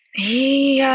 a